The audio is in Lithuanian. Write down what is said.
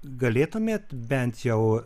galėtumėt bent jau